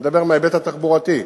אני מדבר מההיבט התחבורתי,